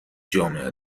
جامعه